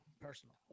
personal